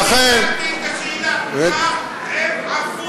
לא לא לא, אני מיקדתי את השאלה: מה עם עפולה?